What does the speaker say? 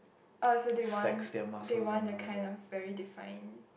(uh)d so they want they want the kind of very define